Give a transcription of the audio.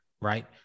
right